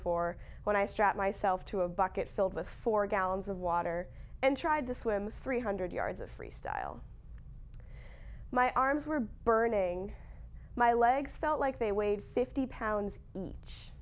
for when i strapped myself to a bucket filled with four gallons of water and tried to swim three hundred yards of freestyle my arms were burning my legs felt like they weighed fifty pounds each